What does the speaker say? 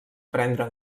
prendre